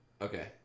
Okay